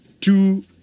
two